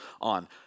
on